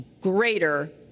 greater